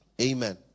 Amen